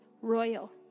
royal